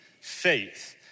faith